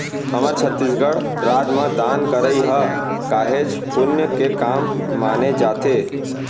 हमर छत्तीसगढ़ राज म दान करई ह काहेच पुन्य के काम माने जाथे